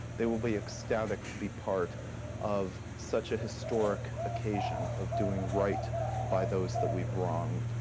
they will be ecstatic to be part of such a historic occasion of doing right by those that we've wronged.